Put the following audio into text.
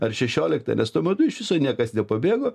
ar šešioliktą nes tuo metu iš viso niekas nepabėgo